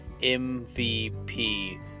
mvp